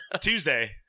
Tuesday